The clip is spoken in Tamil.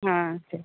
ஆ சரி